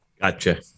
Gotcha